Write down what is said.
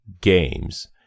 games